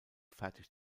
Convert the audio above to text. fertig